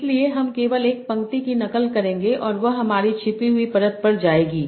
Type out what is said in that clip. इसलिए हम केवल एक पंक्ति की नकल करेंगे और वह हमारी छिपी हुई परत पर जाएगी